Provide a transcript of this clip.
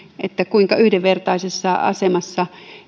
kuinka yhdenvertaisessa asemassa